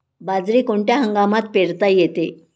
बाजरी कोणत्या हंगामात पेरता येते?